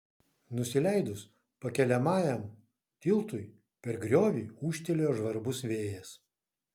nusileidus pakeliamajam tiltui per griovį ūžtelėjo žvarbus vėjas